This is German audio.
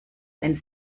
wenn